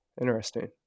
interesting